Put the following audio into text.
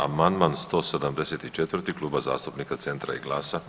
Amandman 174 Kluba zastupnika Centra i GLAS-a.